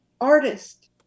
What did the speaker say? artist